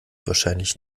wahrscheinlich